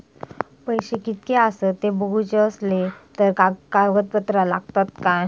पैशे कीतके आसत ते बघुचे असले तर काय कागद पत्रा लागतात काय?